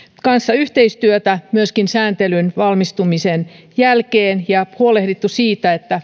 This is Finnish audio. kanssa yhteistyötä myöskin sääntelyn valmistumisen jälkeen ja huolehtineet siitä että